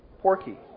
Porky